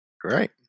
Great